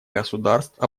государств